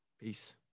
Peace